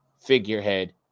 figurehead